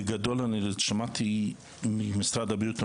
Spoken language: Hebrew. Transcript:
בגדול אני שמעתי ממשרד הבריאות,